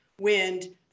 wind